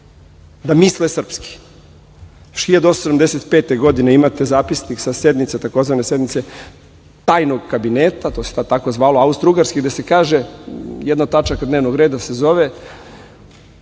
da misle srpski. Još 1875. godine imate Zapisnik sa sednice, tzv. sednice „Tajnog kabineta“, to se tad tako zvalo, Austrougarske gde se kaže, jedna od tačaka dnevnog reda se zove